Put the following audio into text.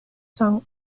son